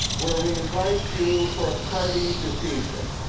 where we invite you for a party this evening.